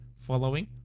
following